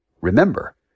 Remember